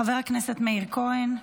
חבר הכנסת מאיר כהן.